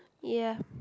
ya